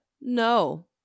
No